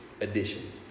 edition